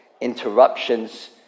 interruptions